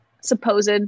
supposed